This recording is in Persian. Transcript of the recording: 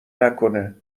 نکنه